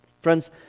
Friends